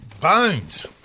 Bones